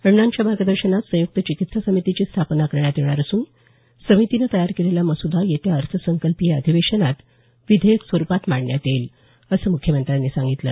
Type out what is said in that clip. अण्णांच्या मार्गदर्शनात संयुक्त चिकित्सा समितीची स्थापना करण्यात येणार असून समितीनं तयार केलेला मसुदा येत्या अर्थसंकल्पीय अधिवेशनात हा मसूदा विधेयक स्वरूपात मांडण्यात येईल असं मुख्यमंत्र्यांनी सांगितलं